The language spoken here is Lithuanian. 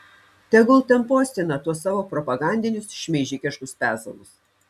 tegul ten postina tuos savo propagandinius šmeižikiškus pezalus